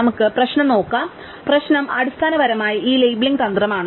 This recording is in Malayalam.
നമുക്ക് പ്രശ്നം നോക്കാം പ്രശ്നം അടിസ്ഥാനപരമായി ഈ ലേബലിംഗ് തന്ത്രമാണ്